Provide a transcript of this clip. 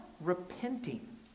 repenting